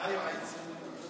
באמת.